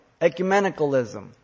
ecumenicalism